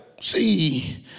See